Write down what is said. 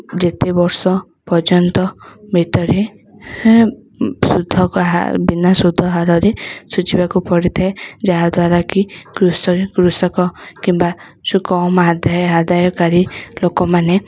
ଯେତେ ବର୍ଷ ପର୍ଯ୍ୟନ୍ତ ଭିତରେ ହେଁ ସୁଧକ ହା ବିନା ସୁଧ ହାରରେ ସୁଝିବାକୁ ପଡ଼ିଥାଏ ଯାହାଦ୍ୱାରାକି କୃଷକ କିମ୍ବା ଆଦାୟ ଆଦାୟ କରି ଲୋକମାନେ